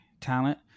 talent